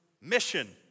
mission